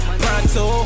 pronto